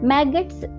Maggots